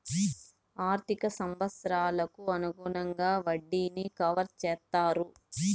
ఆర్థిక సంవత్సరాలకు అనుగుణంగా వడ్డీని కవర్ చేత్తారు